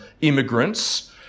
immigrants